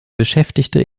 beschäftigte